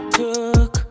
took